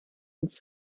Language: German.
ganz